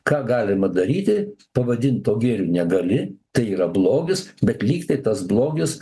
ką galima daryti pavadint to gėriu negali tai yra blogis bet lyg tai tas blogis